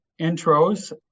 intros